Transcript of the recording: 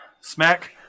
Smack